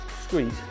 squeeze